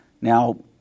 Now